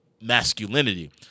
masculinity